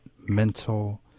mental